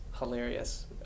Hilarious